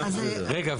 רגע,